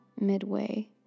Midway